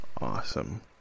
Awesome